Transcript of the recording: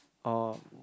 oh